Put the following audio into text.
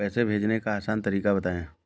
पैसे भेजने का आसान तरीका बताए?